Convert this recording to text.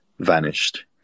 vanished